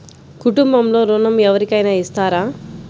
కుటుంబంలో ఋణం ఎవరికైనా ఇస్తారా?